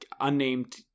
unnamed